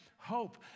hope